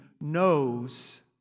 knows